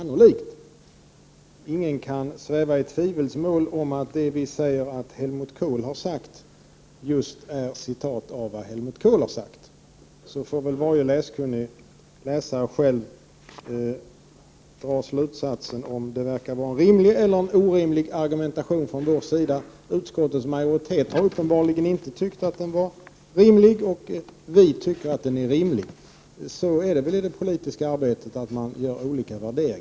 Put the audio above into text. Ingen kan sväva i tvivelsmål om att det vi säger att Helmut Kohl har sagt just är citat från vad Helmut Kohl har sagt. Så får väl varje läskunnig läsare själv dra slutsatsen, om det verkar vara en rimlig eller orimlig argumentation från vår sida. Utskottets majoritet har uppenbarligen inte tyckt att den är rimlig, medan vi tycker att den är rimlig. Så är det väli det politiska arbetet ' Prot. 1988/89:129 att man gör olika värderingar.